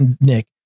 Nick